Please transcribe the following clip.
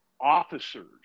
officers